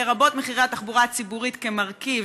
לרבות מחירי התחבורה הציבורית כמרכיב,